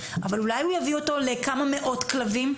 אבל אולי הוא יביא אותנו לכמה מאות כלבים?